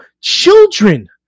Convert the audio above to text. children